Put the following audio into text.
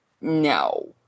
No